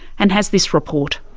and has this report.